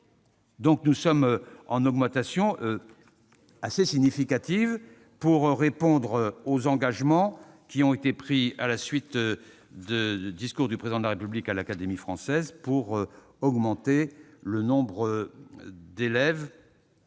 bien ! Cette augmentation significative permet de répondre aux engagements qui ont été pris lors du discours du Président de la République à l'Académie française pour augmenter le nombre d'élèves